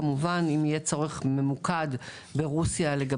כמובן אם יהיה צורך ממוקד ברוסיה לגבי